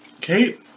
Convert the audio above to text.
Kate